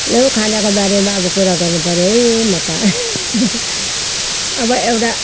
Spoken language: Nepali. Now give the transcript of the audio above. लौ खानाको बारेमा अब कुरा गर्नु पर्यो है म त अब एउटा